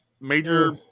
Major